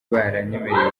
baranyemereye